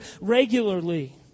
regularly